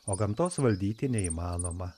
o gamtos valdyti neįmanoma